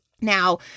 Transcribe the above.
Now